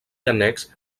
annex